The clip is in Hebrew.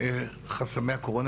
חסמי הקורונה,